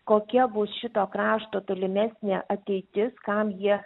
kokia bus šito krašto tolimesnė ateitis kam jie